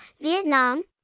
Vietnam